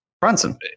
Brunson